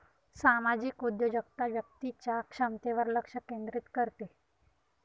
सामाजिक उद्योजकता व्यक्तीच्या क्षमतेवर लक्ष केंद्रित करते